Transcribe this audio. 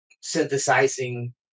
synthesizing